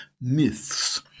myths